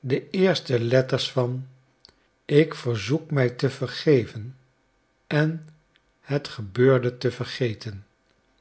de eerste letters van ik verzoek mij te vergeven en het gebeurde te vergeten